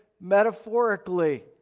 metaphorically